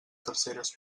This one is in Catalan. terceres